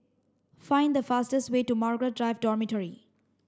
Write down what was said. find the fastest way to Margaret Drive Dormitory